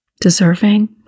deserving